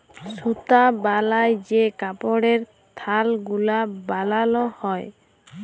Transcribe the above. সুতা বালায় যে কাপড়ের থাল গুলা বালাল হ্যয়